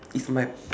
it's my